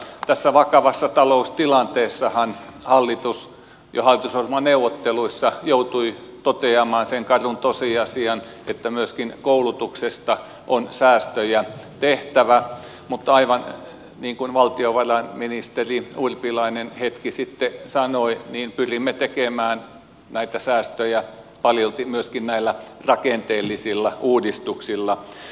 tässä vakavassa taloustilanteessahan hallitus jo hallitusohjelmaneuvotteluissa joutui toteamaan sen karun tosiasian että myöskin koulutuksesta on säästöjä tehtävä mutta aivan niin kuin valtiovarainministeri urpilainen hetki sitten sanoi niin pyrimme tekemään näitä säästöjä paljolti myöskin näillä rakenteellisilla uudistuksilla